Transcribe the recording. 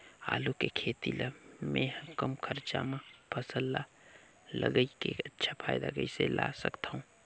आलू के खेती ला मै ह कम खरचा मा फसल ला लगई के अच्छा फायदा कइसे ला सकथव?